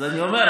אז אני אומר,